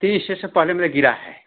तीन इस्टेशन पहले गिरा है